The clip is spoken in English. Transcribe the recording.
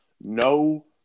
No